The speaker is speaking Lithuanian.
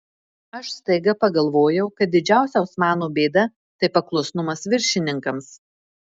aš staiga pagalvojau kad didžiausia osmanų bėda tai paklusnumas viršininkams